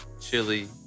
chili